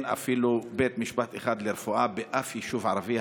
אפילו בית משפט אחד לרפואה באף יישוב ערבי.